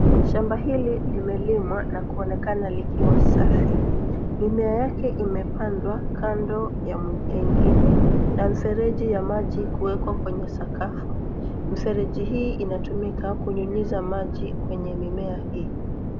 Shamba hili limelimwa na kuonekana likiwa safi. Mimea yake imepandwa kando ya nyingine na mfereji ya maji kuwekwa kwenye sakafu. Mifereji hii inatumika kunyunyiza maji kwenye mimea hii.